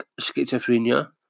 schizophrenia